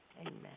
Amen